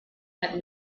that